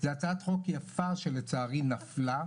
זו הצעת יפה שלצערי נפלה,